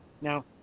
Now